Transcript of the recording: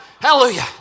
Hallelujah